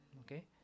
okay